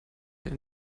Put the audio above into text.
denn